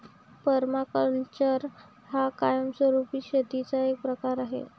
permaculture हा कायमस्वरूपी शेतीचा एक प्रकार आहे